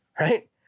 right